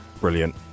brilliant